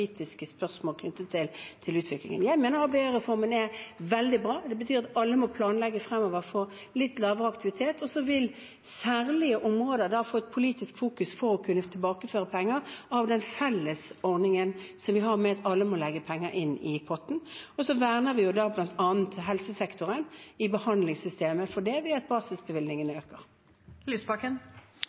spørsmål knyttet til utviklingen. Jeg mener ABE-reformen er veldig bra. Det betyr at alle fremover må planlegge for litt lavere aktivitet, og så vil særlige områder få et politisk fokus for å kunne tilbakeføre penger fra den felles ordningen med at alle må legge penger inn i potten. Da verner vi bl.a. helsesektoren i behandlingssystemet ved at basisbevilgningene øker. Audun Lysbakken – til oppfølgingsspørsmål. Realiteten er jo at